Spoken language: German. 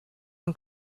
von